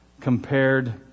compared